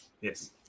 Yes